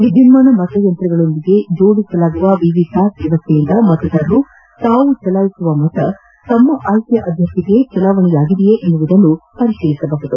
ವಿದ್ಯುನ್ಮಾನ ಮತಯಂತ್ರಗಳಿಗೆ ಜೋಡಿಸಲಾಗುವ ವಿವಿ ಪ್ಯಾಟ್ ವ್ಯವಸ್ಥೆಯಿಂದ ಮತದಾರರು ತಾವು ಚಲಾಯಿಸಿದ ಮತ ತಮ್ಮ ಆಯ್ನೆಯ ಅಭ್ಯರ್ಥಿಗೆ ಚಲಾವಣೆಯಾಗಿದೆಯೇ ಎಂಬುದನ್ನು ಪರಿಶೀಲಿಸಬಹುದು